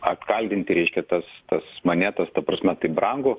atkaldinti reiškia tas tas manetas ta prasme taip brangu